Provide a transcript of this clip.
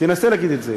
תנסה להגיד את זה.